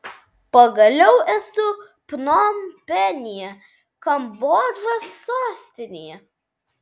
pagaliau esu pnompenyje kambodžos sostinėje